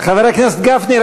חבר הכנסת גפני,